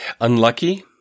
unlucky